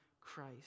Christ